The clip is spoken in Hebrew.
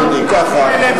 ככה,